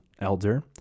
elder